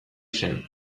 zen